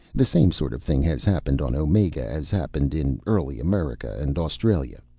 the same sort of thing has happened on omega as happened in early america and australia.